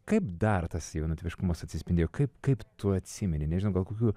kaip dar tas jaunatviškumas atsispindėjo kaip kaip tu atsimeni nežinau gal kokių